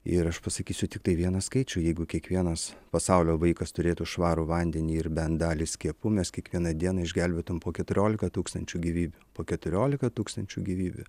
ir aš pasakysiu tiktai vieną skaičių jeigu kiekvienas pasaulio vaikas turėtų švarų vandenį ir bent dalį skiepų mes kiekvieną dieną išgelbėtumėm po keturiolika tūkstančių gyvybių po keturiolika tūkstančių gyvybių